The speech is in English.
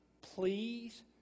Please